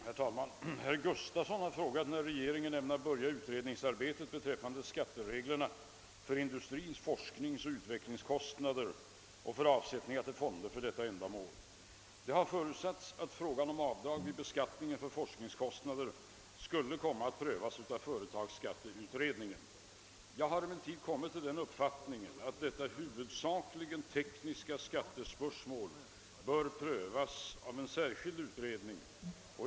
Herr talman! Herr Gustafson i Göteborg har frågat när regeringen ämnar börja utredningsarbetet beträffande skattereglerna för industrins forskningsoch utvecklingskostnader och för avsättningar till fonder för detta ändamål. Det har förutsatts att frågan om avdrag vid beskattningen för forskningskostnader skulle komma att prövas av företagsskatteutredningen. Jag har emellertid kommit till den uppfattningen, att detta huvudsakligen tekniska skattespörsmål bör prövas av en särskild utredning.